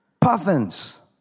puffins